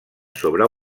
sobre